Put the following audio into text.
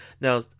Now